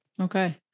Okay